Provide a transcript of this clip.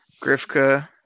Grifka